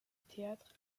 théâtre